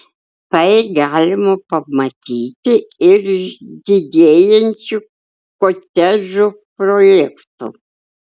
tai galima pamatyti ir iš didėjančių kotedžų projektų